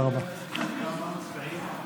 אין נמנעים.